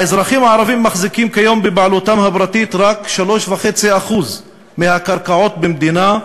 האזרחים הערבים מחזיקים כיום בבעלותם הפרטית רק 3.5% מהקרקעות במדינה,